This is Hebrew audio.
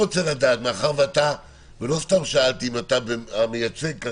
לא סתם שאלתי אם אתה מייצג,